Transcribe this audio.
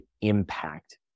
impact